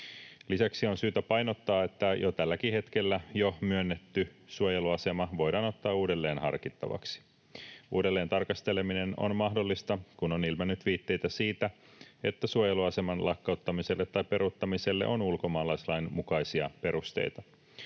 Lisäksi on syytä painottaa, että jo tälläkin hetkellä jo myönnetty suojeluasema voidaan ottaa uudelleen harkittavaksi. Uudelleen tarkasteleminen on mahdollista, kun on ilmennyt viitteitä siitä, että suojeluaseman lakkauttamiselle tai peruuttamiselle on ulkomaalaislain mukaisia perusteita.